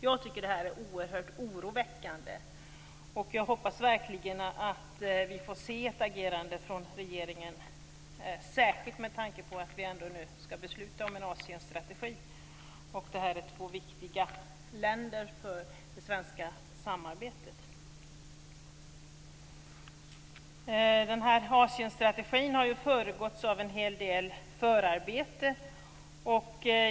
Jag tycker att det här är oerhört oroväckande, och jag hoppas verkligen att vi får se ett agerande från regeringen, särskilt med tanke på att vi ju nu ändå skall besluta om en Asienstrategi. Det här är två viktiga länder för det svenska samarbetet. Den här Asienstrategin har ju föregåtts av en hel del förarbete.